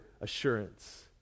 assurance